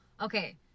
okay